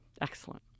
Excellent